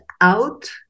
out